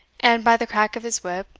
and, by the crack of his whip,